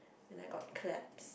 and then got claps